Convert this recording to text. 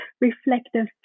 reflective